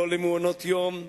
לא למעונות-יום,